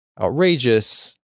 outrageous